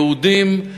יהודים,